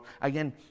Again